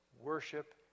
worship